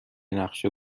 نقشه